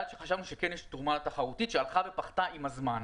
שחשבנו שכן יש תרומה לתחרות שהלכה ופחתה עם הזמן.